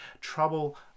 trouble